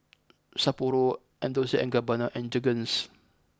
Sapporo and Dolce and Gabbana and Jergens